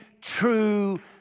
true